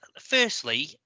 firstly